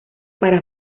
para